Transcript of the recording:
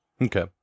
Okay